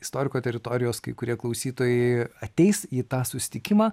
istoriko teritorijos kai kurie klausytojai ateis į tą susitikimą